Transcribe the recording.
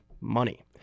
money